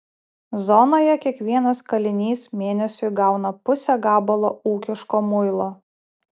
zonoje kiekvienas kalinys mėnesiui gauna pusę gabalo ūkiško muilo